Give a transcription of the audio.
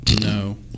No